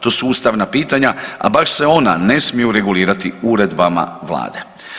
To su ustavna pitanja, a baš se ona ne smiju regulirati uredbama Vlada.